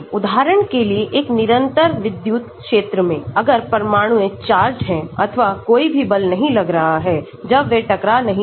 उदाहरण के लिए एक निरंतर विद्युत क्षेत्र मेंअगर परमाणुए चार्ज हैअथवा कोई भी बल नहीं लग रहा है जब वह टकरा नहीं रहे